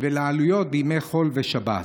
ולעלויות בימי חול ושבת,